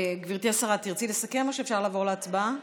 גברתי השרה, תרצי לסכם או שאפשר לעבור להצבעה?